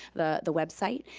the the website,